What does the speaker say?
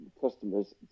customers